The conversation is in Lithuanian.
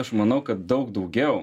aš manau kad daug daugiau